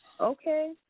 Okay